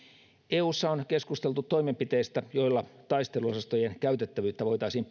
eussa on keskusteltu toimenpiteistä joilla taisteluosastojen käytettävyyttä voitaisiin